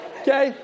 okay